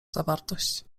zawartość